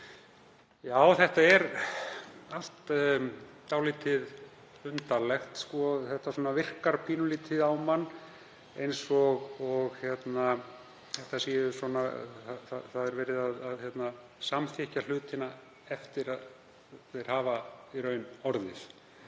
Já, þetta er allt dálítið undarlegt og virkar pínulítið á mann eins og verið sé að samþykkja hlutina eftir að þeir hafa í raun átt